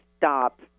stop